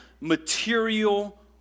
material